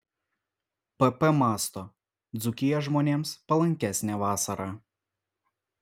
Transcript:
pp mąsto dzūkija žmonėms palankesnė vasarą